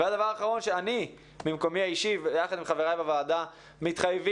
אני ממקומי האישי יחד עם חבריי בוועדה מתחייבים